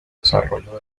desarrollo